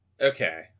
Okay